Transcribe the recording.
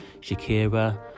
shakira